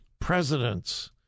presidents